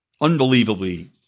Unbelievably